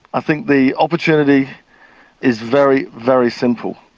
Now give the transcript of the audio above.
i think the opportunity is very, very simple.